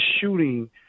shooting—